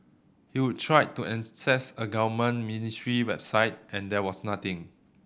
he'd tried to access a government ministry website and there was nothing